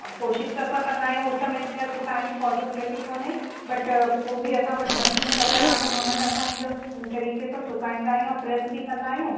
कोशिश त असां कंदा आहियूं उस में खेर सुकाइण जी पोसिबिलिटी कोन्हे बट पोइ बि असां वटि मशीनूं लॻल आहिनि हुन में असां हिकदमि तरीक़े सां सुकाईंदा आहियूं ऐं प्रेस बि कंदा आहियूं